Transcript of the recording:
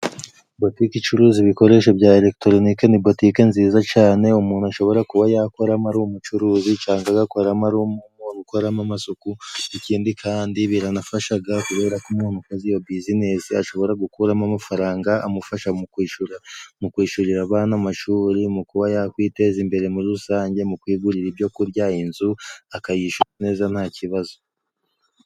Butike icuruza ibikoresho bya elegitoronike ni butike nziza cane, umuntu ashobora kuba yakoramo ari umucuruzi cangwa agakoramo ari umuntu ukoramo amasuku. Ikindi kandi biranafashaga kubera ko umuntu ukoze iyo buzinese ashobora gukuramo amafaranga, amufasha mu kwishura, mu kwishurira abana amashuri, mu kuba yakwiteza imbere muri rusange mu kwigurira ibyo kurya, inzu akayishura neza nta kibazo.